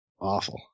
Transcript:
Awful